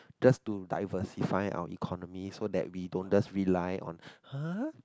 just to diversify our economy so that we don't just rely on !huh!